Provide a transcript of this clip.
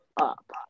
up